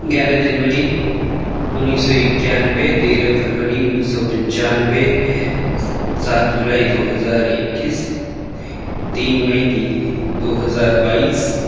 گیارہ جنوری انیس سو اکیانبے تیرہ فروری انیس سو پنچانبے سات جولائی دو ہزار اکیس تین مئی دو ہزار بائیس